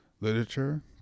literature